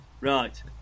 Right